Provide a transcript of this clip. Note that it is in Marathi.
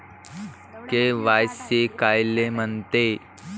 के.वाय.सी कायले म्हनते?